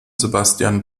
sebastian